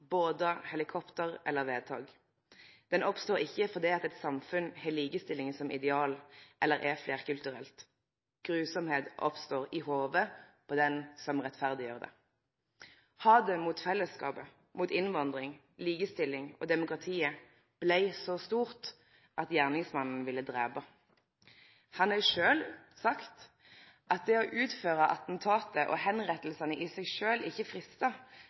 helikopter eller vedtak. Dei oppstår ikkje fordi eit samfunn har likestilling som ideal eller er fleirkulturelt. Grufulle handlingar oppstår i hovudet på han som rettferdiggjer dei. Hatet mot fellesskapet, mot innvandring, likestilling og demokratiet blei så stort at gjerningsmannen ville drepe. Han har sjølv sagt at det å utføre attentatet og avrettingane i seg sjølv ikkje